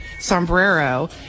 sombrero